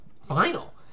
final